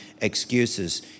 excuses